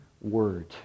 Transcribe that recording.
word